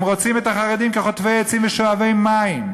הם רוצים את החרדים כחוטבי עצים ושואבי מים,